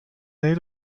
nähe